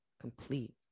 complete